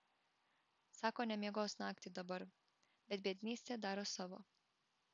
sako nemiegos naktį dabar bet biednystė daro savo